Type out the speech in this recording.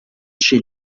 chez